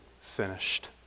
finished